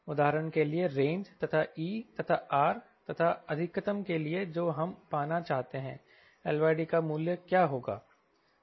उदाहरण के लिए रेंज तथा E तथा R तथा अधिकतम के लिए जो हम पाना चाहते हैं LD का मूल्य क्या होगा